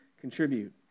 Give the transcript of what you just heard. contribute